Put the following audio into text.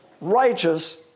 righteous